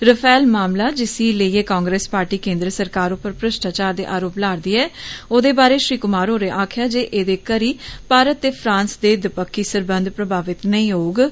Rafale मामला जिसी लेइयै कांग्रेस पार्टी केन्द्र सरकार पर भ्रष्टाचार दे आरोप ला'रदी ऐ ओदे बारै श्री कुमार होरें आक्खेआ जे एदे करी भारत ते फ्रांस दे दपक्खी सरबंध प्रभावित नेईं होए न